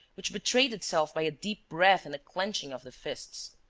which betrayed itself by a deep breath and a clenching of the fists.